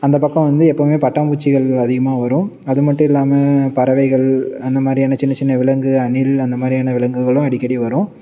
அந்த பக்கம் வந்து எப்பவும் பட்டாம் பூச்சிகள் அதிகமாக வரும் அது மட்டும் இல்லாமல் பறவைகள் அந்த மாதிரியான சின்ன சின்ன விலங்கு அணில் அந்த மாதிரியான விலங்குகளும் அடிக்கடி வரும்